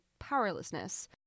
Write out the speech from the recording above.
powerlessness